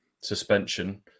suspension